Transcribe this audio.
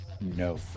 no